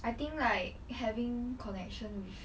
I think like having connection with